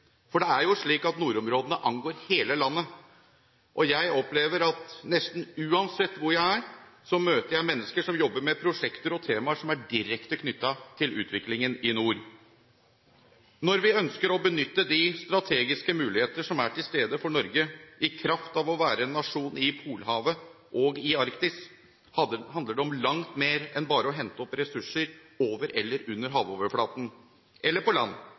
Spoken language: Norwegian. For det er jo slik at nordområdene angår hele landet. Jeg opplever at nesten uansett hvor jeg er, møter jeg mennesker som jobber med prosjekter og temaer som er direkte knyttet til utviklingen i nord. Når vi ønsker å benytte de strategiske muligheter som er til stede for Norge i kraft av å være en nasjon i Polhavet og i Arktis, handler det om langt mer enn bare å hente opp ressurser over eller under havoverflaten – eller på land.